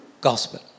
gospel